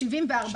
74 ילדים,